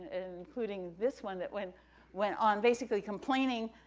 including this one that went went on, basically compaining,